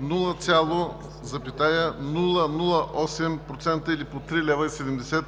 0,008% или по 3,70 лв.